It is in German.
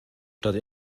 stadt